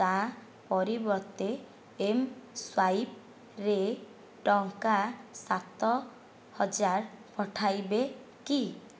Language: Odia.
ତା' ପରିବର୍ତ୍ତେ ଏମ୍ସ୍ୱାଇପ୍ରେ ଟଙ୍କା ସାତ ହଜାର ପଠାଇବେ କି